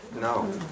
No